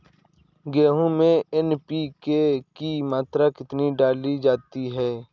गेहूँ में एन.पी.के की मात्रा कितनी डाली जाती है?